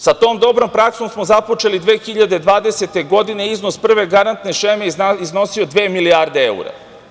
Sa tom dobrom praksom smo započeli 2020. godine, iznos prve garantne šeme iznosio je dve milijarde evra.